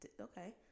okay